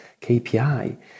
KPI